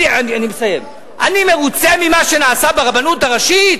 אני מרוצה ממה שנעשה ברבנות הראשית?